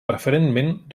preferentment